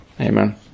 Amen